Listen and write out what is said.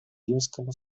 римскому